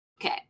Okay